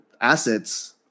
assets